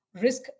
risk